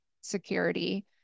security